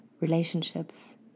relationships